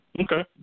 Okay